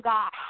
God